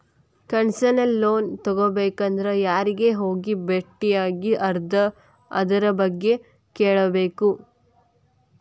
Concessional loan ತಗೊಬೇಕಂದ್ರ ಯಾರಿಗೆ ಹೋಗಿ ಬೆಟ್ಟಿಯಾಗಿ ಅದರ್ಬಗ್ಗೆ ಕೇಳ್ಬೇಕು?